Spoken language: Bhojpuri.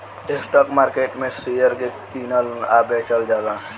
स्टॉक मार्केट में शेयर के कीनल आ बेचल जाला